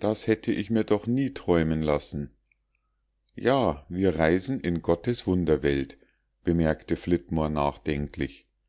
das hätte ich mir doch nie träumen lassen ja wir reisen in gottes wunderwelt bemerkte flitmore nachdenklich